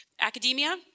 Academia